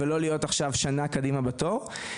ולא להיות שנה קדימה בתור.